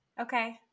Okay